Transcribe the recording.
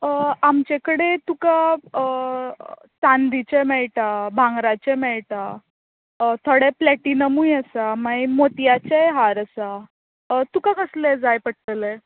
आमचे कडेन तुका चांदिचें मेळटा भांगराचें मेळटा थोडें प्लॅटिनमूय आसा मागीर मोतयांचेय हार आसात तुका कसले जाय पडटले